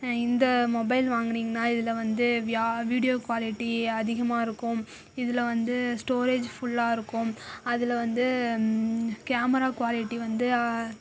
இந்த மொபைல் வாங்கினிங்கன்னா இதில் வந்து வீடியோ க்வாலிட்டி அதிகமாக இருக்கும் இதில் வந்து ஸ்டோரேஜ் ஃபுல்லாக இருக்கும் அதில் வந்து கேமரா க்வாலிட்டி வந்து